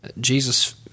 Jesus